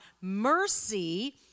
Mercy